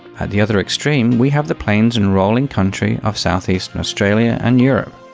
at the other extreme, we have the plains and rolling country of south eastern australia and europe,